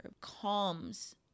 calms